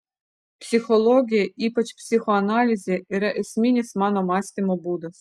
psichologija ypač psichoanalizė yra esminis mano mąstymo būdas